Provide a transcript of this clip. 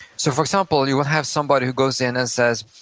so for example, you will have somebody who goes in and says,